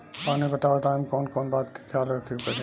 पानी पटावे टाइम कौन कौन बात के ख्याल रखे के पड़ी?